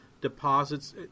deposits